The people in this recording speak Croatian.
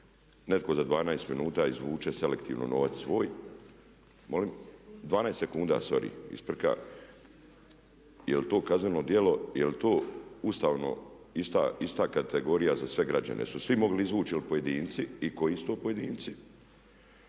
netko za 12 minuta izvuče selektivno novac svoj … …/Upadica se ne čuje./… 12 sekunda, sorry, isprika, je li to kazneno djelo, je li to ista kategorija za sve građane? Jesu li svi mogli izvući ili pojedinci? I koji su to pojedinci?